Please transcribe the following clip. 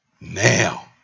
Now